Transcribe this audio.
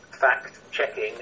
fact-checking